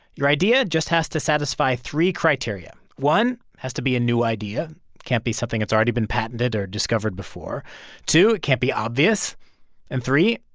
your idea just has to satisfy three criteria one, has to be a new idea can't be something that's already been patented or discovered before two, it can't be obvious and three,